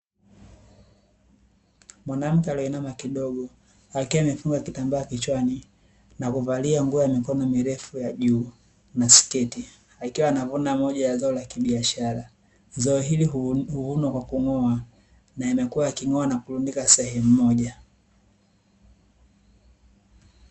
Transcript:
Mwanamke aliyeinama kidogo, akiwa amefunga kitambaa kichwani na kuvalia nguo ya mikono mirefu ya juu, na sketi, akiwa anavuna moja ya zao la kibiashara. Zao hili huvunwa kwa kung’oa na amekuwa aking’oa na kurundika sehemu moja.